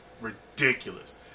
ridiculous